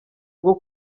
bwo